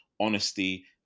honesty